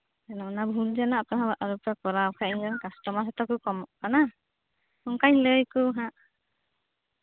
ᱚᱱᱟ ᱵᱷᱩᱞ ᱡᱮᱱᱚ ᱚᱠᱚᱭ ᱦᱚᱸ ᱟᱞᱚᱯᱮ ᱠᱚᱨᱟᱣ ᱵᱟᱝᱠᱷᱟᱱ ᱤᱧ ᱨᱮᱱ ᱠᱟᱥᱴᱚᱢᱟᱨ ᱦᱚᱸᱛᱚ ᱠᱚ ᱠᱚᱢᱚᱜ ᱠᱟᱱᱟ ᱚᱱᱠᱟᱧ ᱞᱟᱹᱭᱟᱠᱚᱣᱟ ᱱᱟᱦᱟᱸᱜ